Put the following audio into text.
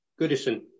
goodison